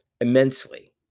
immensely